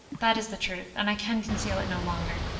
that is the truth, and i can conceal it no longer.